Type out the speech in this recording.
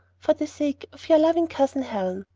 for the sake of your loving cousin helen.